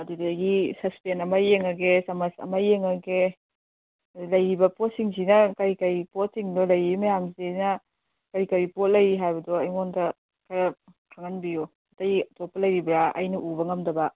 ꯑꯗꯨꯗꯒꯤ ꯁꯁꯄꯦꯟ ꯑꯃ ꯌꯦꯡꯉꯒꯦ ꯆꯥꯃꯁ ꯑꯃ ꯌꯦꯡꯉꯒꯦ ꯑꯗꯨ ꯂꯩꯔꯤꯕ ꯄꯣꯠꯁꯤꯡꯁꯤꯅ ꯀꯔꯤ ꯀꯔꯤ ꯄꯣꯠꯁꯤꯡꯅꯣ ꯂꯩꯔꯤ ꯃꯌꯥꯝꯁꯤꯅ ꯀꯔꯤ ꯀꯔꯤ ꯄꯣꯠ ꯂꯩꯔꯤ ꯍꯥꯏꯕꯗꯣ ꯑꯩꯉꯣꯟꯗ ꯈꯔ ꯈꯪꯍꯟꯕꯤꯎ ꯑꯇꯩ ꯑꯇꯣꯞꯄ ꯂꯩꯔꯤꯕ꯭ꯔꯥ ꯑꯩꯅ ꯎꯕ ꯉꯝꯗꯕ